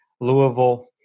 Louisville